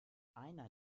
einer